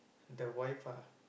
the wife ah